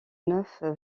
neuf